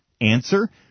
Answer